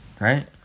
right